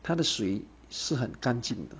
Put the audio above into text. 它的水是很干净的